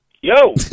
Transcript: Yo